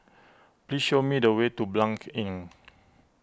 please show me the way to Blanc Inn